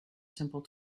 simple